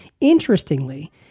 Interestingly